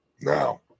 Now